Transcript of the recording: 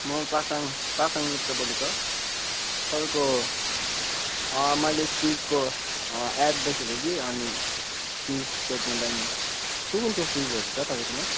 म पासाङ पासाङ लेप्चा बोलेको तपाईँको मैले सुजको एड देखेको थिएँ कि अनि सुज सोध्नुलाई नि कुन कुन सुजहरू छ तपाईँकोमा